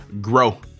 grow